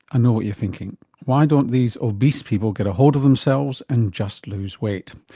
know what you're thinking why don't these obese people get a hold of themselves and just lose weight?